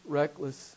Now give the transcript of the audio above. reckless